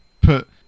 put